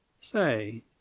Say